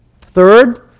Third